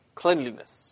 cleanliness